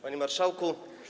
Panie Marszałku!